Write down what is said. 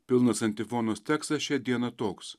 pilnas antifonos tekstas šią dieną toks